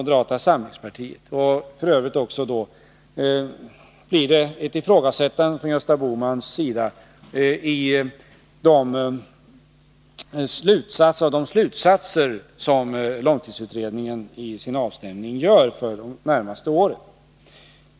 Det blir f. ö. också ett ifrågasättande från Gösta Bohmans sida av de slutsatser som långtidsutredningen gör i sin avstämning för de närmaste åren.